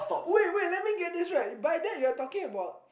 wait wait let me get this right by that you are talking about